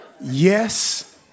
Yes